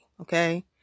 okay